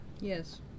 Yes